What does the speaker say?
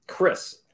Chris